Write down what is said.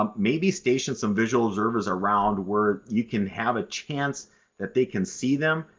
um maybe station some visual observers around where you can have a chance that they can see them.